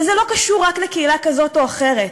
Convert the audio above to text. זה לא קשור רק לקהילה כזאת או אחרת.